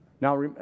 Now